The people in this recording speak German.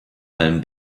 allem